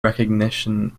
recognition